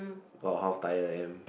or how tired I am